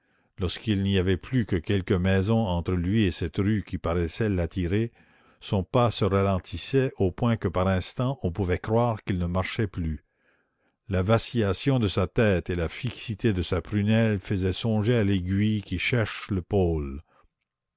lorsqu'il n'y avait plus que quelques maisons entre lui et cette rue qui paraissait l'attirer son pas se ralentissait au point que par instants on pouvait croire qu'il ne marchait plus la vacillation de sa tête et la fixité de sa prunelle faisaient songer à l'aiguille qui cherche le pôle